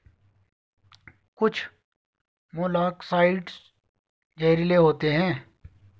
कुछ मोलॉक्साइड्स जहरीले होते हैं